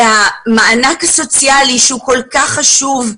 המענק הסוציאלי שהוא כל כך סוציאלי,